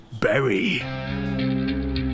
Berry